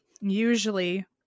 usually